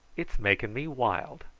it's making me wild.